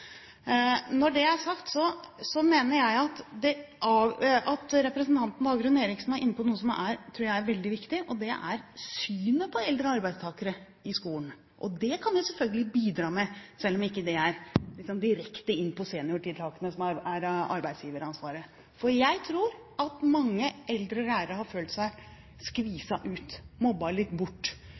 Når det er sagt, mener jeg at representanten Dagrun Eriksen var inne på noe som jeg tror er veldig viktig, og det er synet på eldre arbeidstakere i skolen. Der kan vi selvfølgelig bidra, selv om det ikke er direkte inn på seniortiltakene, som er et arbeidsgiveransvar. Jeg tror at mange eldre lærere har følt seg skviset ut, mobbet litt bort,